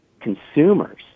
consumers